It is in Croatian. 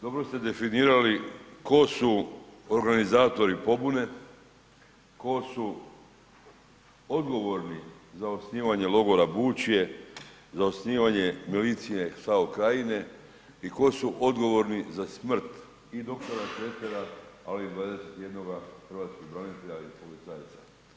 Dobro ste definirali tko su organizatori pobune, tko su odgovorni za osnivanje logora Bučje, za osnivanje milicije SAO krajine i tko su odgovorni za smrt i dr. Šretera ali 21 hrvatskog branitelja i policajca.